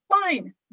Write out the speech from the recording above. Fine